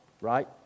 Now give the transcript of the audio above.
Right